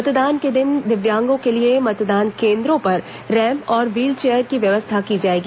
मतदान के दिन दिव्यांगों के लिए मतदान केंद्रो पर रैम्प और व्हीलचेयर की व्यवस्था की जाएगी